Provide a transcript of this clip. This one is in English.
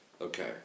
Okay